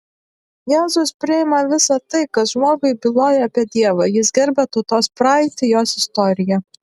jėzus priima visa tai kas žmogui byloja apie dievą jis gerbia tautos praeitį jos istoriją